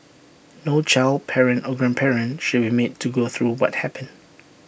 no child parent or grandparent should be made to go through what happened